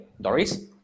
doris